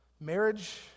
Marriage